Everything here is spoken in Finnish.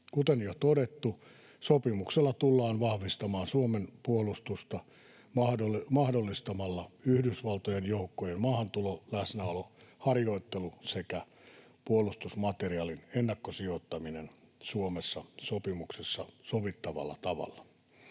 Kuten jo todettu, sopimuksella tullaan vahvistamaan Suomen puolustusta mahdollistamalla Yhdysvaltojen joukkojen maahantulo, läsnäolo, harjoittelu sekä puolustusmateriaalin ennakkosijoittaminen Suomessa sopimuksessa sovittavalla tavalla.